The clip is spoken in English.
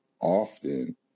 often